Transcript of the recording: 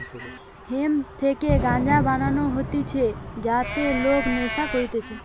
hemp থেকে গাঞ্জা বানানো হতিছে যাতে লোক নেশা করতিছে